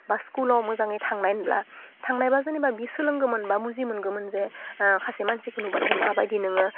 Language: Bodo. बा स्कुलाव मोजाङै थांनायमोनब्ला थांनायबा जेनेबा बियो सोलोंगौमोनबा बुजिमोगौमोन जे सासे मानसिखौ नुबाथाय माबायदि नोङो